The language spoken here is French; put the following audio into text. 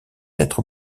être